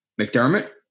McDermott